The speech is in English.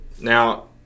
now –